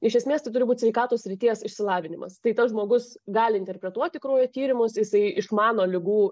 iš esmės tai turi būt sveikatos srities išsilavinimas tai tas žmogus gali interpretuoti kraujo tyrimus jisai išmano ligų